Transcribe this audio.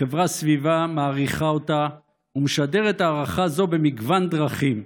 החברה סביבה מעריכה אותה ומשדרת הערכה זו במגוון דרכים,